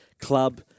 club